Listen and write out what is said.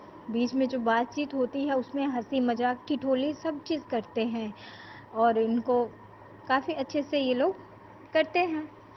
बीच में जो बातचीत होती है उसमें हंसी मज़ाक ठिठोली सब चीज़ करते हैं और इनको काफी अच्छे से ये लोग करते हैं